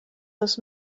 this